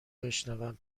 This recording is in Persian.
بشنوم